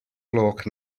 gloch